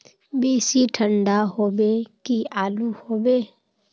बेसी ठंडा होबे की आलू होबे